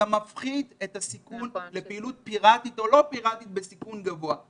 אתה מפחית את הסיכון לפעילות פיראטית או לא פיראטית בסיכון גבוה.